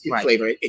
flavor